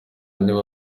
niba